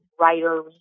writer